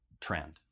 trend